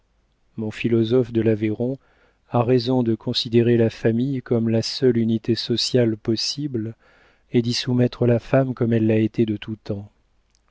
mon philosophe de l'aveyron a raison de considérer la famille comme la seule unité sociale possible et d'y soumettre la femme comme elle l'a été de tout temps